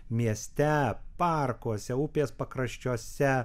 mieste parkuose upės pakraščiuose